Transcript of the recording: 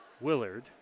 Willard